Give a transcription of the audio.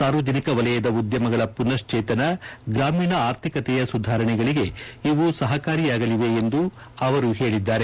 ಸಾರ್ವಜನಿಕ ವಲಯದ ಉದ್ದಮಗಳ ಮನಃಶ್ವೇತನ ಗ್ರಾಮೀಣ ಆರ್ಥಿಕತೆಯ ಸುಧಾರಣೆಗಳಿಗೆ ಸಹಕಾರಿಯಾಗಲಿದೆ ಎಂದು ಅವರು ಹೇಳಿದ್ದಾರೆ